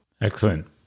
Excellent